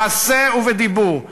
במעשה ובדיבור,